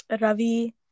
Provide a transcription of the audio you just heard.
Ravi